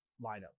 lineup